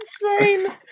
insane